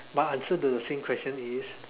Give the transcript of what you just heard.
my answer to the same question is